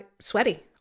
sweaty